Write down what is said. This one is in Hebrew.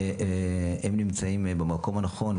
והם נמצאים במקום הנכון,